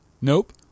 Nope